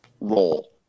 role